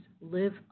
live